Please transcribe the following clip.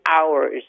hours